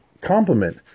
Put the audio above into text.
compliment